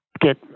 get